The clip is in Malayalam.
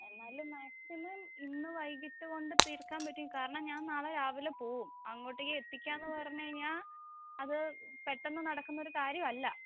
എന്നാലും മാക്സിമം ഇന്ന് വൈകിട്ട് കൊണ്ട് തീർക്കാൻ പറ്റുമെങ്കിൽ കാരണം ഞാൻ നാളെ രാവിലെ പോവും അങ്ങോട്ടേക്ക് എത്തിക്കാമെന്ന് പറഞ്ഞ് കഴിഞ്ഞാൽ അത് പെട്ടെന്ന് നടക്കുന്ന ഒരു കാര്യമല്ല